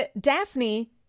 Daphne